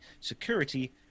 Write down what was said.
security